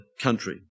country